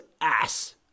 Ass